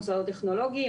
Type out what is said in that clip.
מוסדות טכנולוגיים,